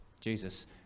Jesus